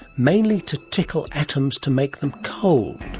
mainly to tickle atoms to make them cold.